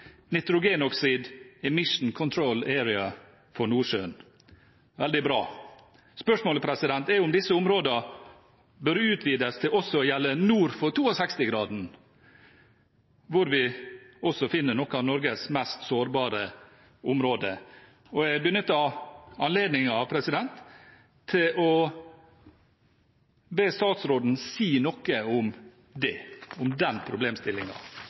for Nordsjøen – veldig bra. Spørsmålet er om disse områdene bør utvides til også å gjelde nord for 62-graden, hvor vi finner noen av Norges mest sårbare områder. Jeg benytter anledningen til å be statsråden si noe om